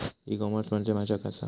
E commerce म्हणजे मझ्या आसा?